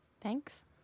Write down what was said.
Thanks